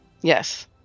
Yes